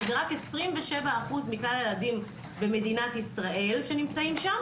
שרק 27% מכלל הילדים במדינת ישראל נמצאים שם